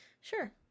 sure